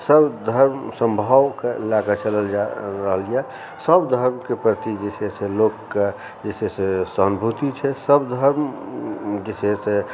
सर्व धर्म सम्भावके लऽ कऽ चलल जा रहल यऽ सब धर्मके प्रति जे छै से लोकके जे छै से सहानुभूति छै सभ धर्म जे छै से